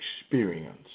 experience